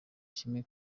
kimwe